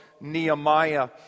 Nehemiah